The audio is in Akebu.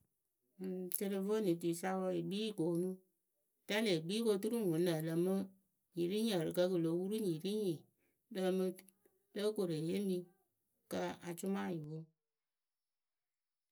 Ǝŋ telefoni tuisa wǝǝ yɨ kpii yɨ koonu rɛ lee kpii kɨ oturu ŋwɨ nǝǝ lǝmɨ nyi ri nyi ǝrɨkǝ kɨ lo wuru nyi ri nyi lǝǝmɨ lóo koru eyeemi kɨ acʊma yɨ poŋ.